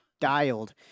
dialed